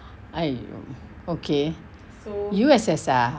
!aiyo! okay U_S_S ah